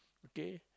okay